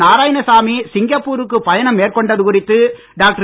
நாராயணசாமி சிங்கப்பூருக்கு பயணம் மேற்கொண்டது குறித்து டாக்டர்